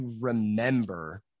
remember